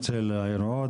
חוץ מהדיונים שאני עשיתי?